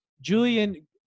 Julian